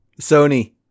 Sony